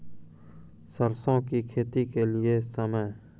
सरसों की खेती के लिए समय?